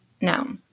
no